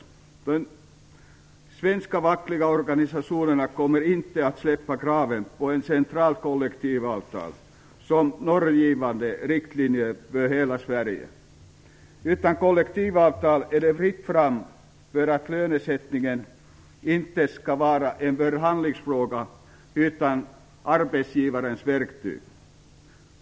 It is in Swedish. De svenska fackliga organisationerna kommer inte att släppa kraven på ett centralt kollektivavtal som normgivande riktlinje för hela Sverige. Utan kollektivavtal är det fritt fram för att lönesättningen inte skall vara en förhandlingsfråga utan arbetsgivarens verktyg.